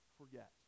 forget